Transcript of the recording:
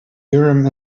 urim